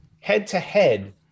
head-to-head